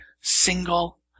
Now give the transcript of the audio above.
single